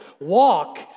Walk